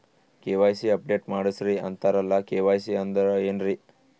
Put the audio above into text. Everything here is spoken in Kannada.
ಕೆ.ವೈ.ಸಿ ಅಪಡೇಟ ಮಾಡಸ್ರೀ ಅಂತರಲ್ಲ ಕೆ.ವೈ.ಸಿ ಅಂದ್ರ ಏನ್ರೀ?